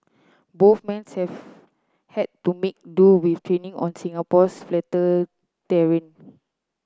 both men have had to make do with training on Singapore's flatter terrain